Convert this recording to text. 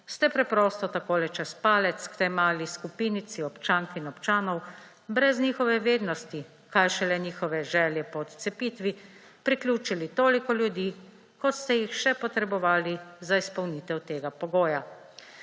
ste preprosto tako čez palec k tej mali skupinici občank in občanov brez njihove vednosti, kaj šele njihove želje po odcepitvi, priključili toliko ljudi, kot ste jih še potrebovali za izpolnitev tega pogoja.